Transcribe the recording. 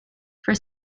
for